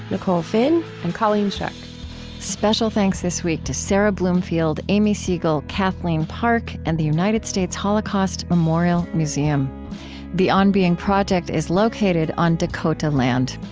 nicole finn, and colleen scheck special thanks this week to sara bloomfield, aimee segal, kathleen parke, and the united states holocaust memorial museum the on being project is located on dakota land.